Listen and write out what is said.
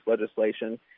legislation